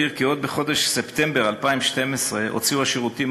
אבהיר כי עוד בחודש ספטמבר 2012 הוציאו השירותים